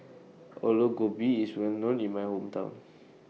Aloo Gobi IS Well known in My Hometown